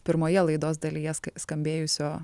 pirmoje laidos dalyje skambėjusio